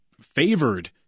favored